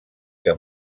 que